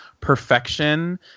perfection